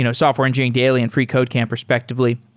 you know software engineering daily and freecodecamp respective ly.